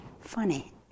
funny